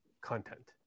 content